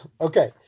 Okay